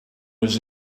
was